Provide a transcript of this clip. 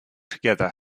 together